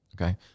Okay